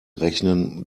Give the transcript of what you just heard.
rechnen